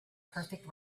perfect